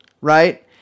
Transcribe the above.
right